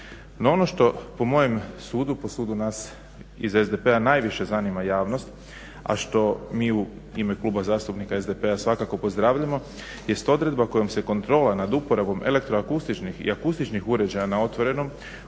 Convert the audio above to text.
ono što po mojem sudu, po sudu nas iz SDP-a najviše zanima javnost a što mi u ime Kluba zastupnika SDP-a svakako pozdravljamo jest odredba kojom se kontrola nad uporabom elektro-akustičnih i akustičnih uređaja na otvorenom